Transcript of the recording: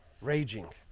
raging